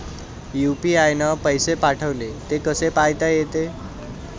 UPI न पैसे पाठवले, ते कसे पायता येते?